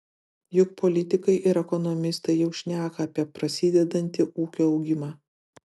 juk politikai ir ekonomistai jau šneka apie prasidedantį ūkio augimą